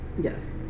Yes